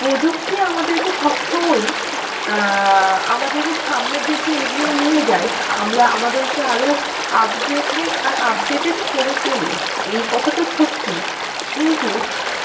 প্রযুক্তি আমাদেরকে সব সময়ই আমাদেরকে সামনের দিকে এগিয়ে নিয়ে যায় আমরা আমাদেরকে আরও আপগ্রেডেড আর আপডেটেট করে তোলে এই কথা তো সত্যি কিন্তু